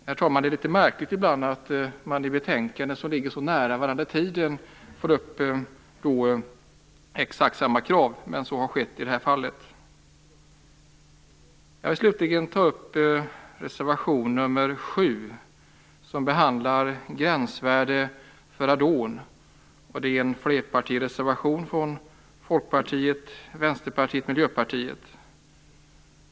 Det är litet märkligt, herr talman, att man i betänkanden som ligger så nära varandra i tiden får upp exakt samma krav, men så har skett i det här fallet. Jag skall slutligen ta upp reservation nr 7, som behandlar gränsvärde för radon. Det är en flerpartireservation från Folkpartiet, Vänsterpartiet och Miljöpartiet.